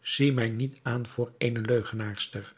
zie mij niet aan voor eene leugenaarster